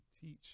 teach